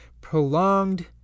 prolonged